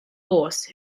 horse